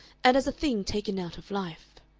and as a thing taken out of life.